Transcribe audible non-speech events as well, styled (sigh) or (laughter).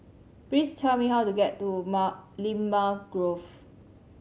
please tell me how to get to (unintelligible) Limau Grove